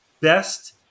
best